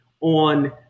on